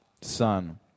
Son